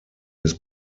his